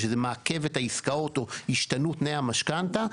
שזה מעכב את העסקאות או השתנות תנאי המשכנתא,